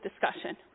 discussion